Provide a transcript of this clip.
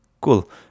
Cool